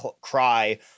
cry